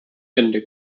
ende